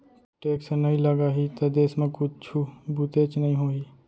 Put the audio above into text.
tax नइ लगाही त देस म कुछु बुतेच नइ होही